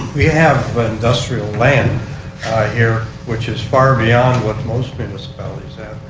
we have but industrial land here which is far beyond what most municipalities have.